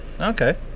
Okay